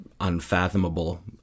unfathomable